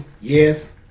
Yes